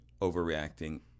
overreacting